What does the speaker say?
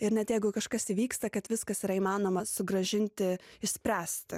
ir net jeigu kažkas įvyksta kad viskas yra įmanoma sugrąžinti išspręsti